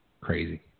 Crazy